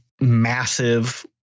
Massive